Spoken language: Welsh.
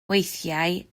weithiau